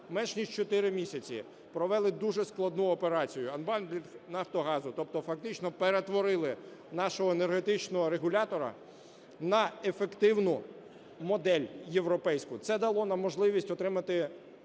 менш ніж чотири місяці, провели дуже складну операцію – анбандлінг "Нафтогазу", тобто фактично перетворили нашого енергетичного регулятора на ефективну модель європейську. Це дало нам можливість отримати